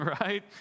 right